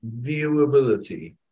viewability